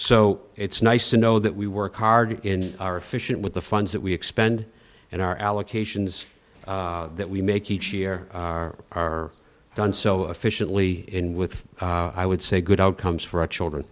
so it's nice to know that we work hard in our efficient with the funds that we expend in our allocations that we make each year our are done so efficiently in with i would say good outcomes for our children